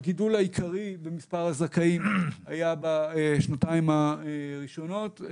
הגידול העיקרי במספר הזכאים היה בשנתיים הראשונות.